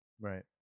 right